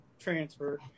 transfer